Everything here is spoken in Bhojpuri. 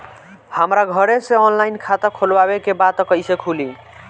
हमरा घरे से ऑनलाइन खाता खोलवावे के बा त कइसे खुली?